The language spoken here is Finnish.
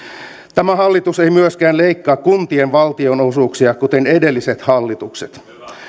tämä hallitus ei myöskään leikkaa kuntien valtionosuuksia kuten edelliset hallitukset